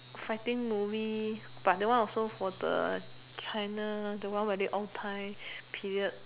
fighting movie but that one also for the China the one where they own Thai period